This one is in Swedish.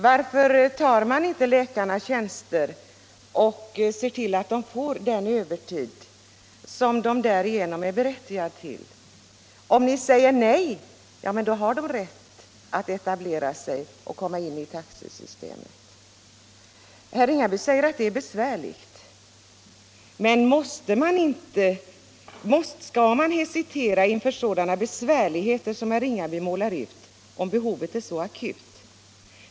Varför tar inte läkarna tjänster och ser till, att de får den övertid som det finns möjligheter till? Om ni säger nej, då har de rätt att etablera sig och komma in i taxesystemet. Herr Ringaby påstår att detta är besvärligt. Men skall man hesitera inför sådana besvärligheter som herr Ringaby målar ut, om behovet är så akut?